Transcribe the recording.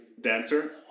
dancer